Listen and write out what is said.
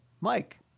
Mike